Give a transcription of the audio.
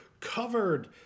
covered